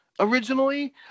Originally